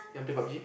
you want play PubG